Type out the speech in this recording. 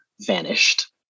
vanished